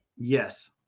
Yes